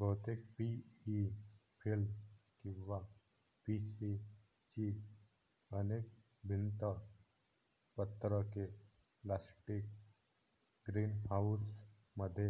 बहुतेक PE film किंवा PC ची अनेक भिंत पत्रके प्लास्टिक ग्रीनहाऊसमध्ये